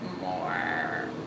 more